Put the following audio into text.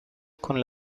con